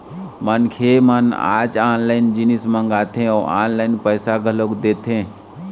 मनखे मन आज ऑनलाइन जिनिस मंगाथे अउ ऑनलाइन पइसा घलोक दे देथे